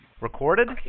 Recorded